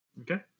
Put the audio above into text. okay